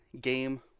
game